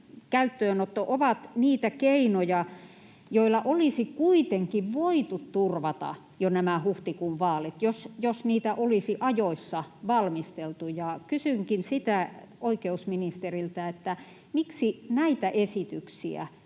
käyttöönotto ovat niitä keinoja, joilla olisi kuitenkin voitu turvata jo nämä huhtikuun vaalit, jos niitä olisi ajoissa valmisteltu. Kysynkin oikeusministeriltä: miksi näitä esityksiä